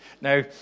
Now